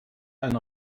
eine